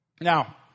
Now